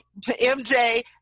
MJ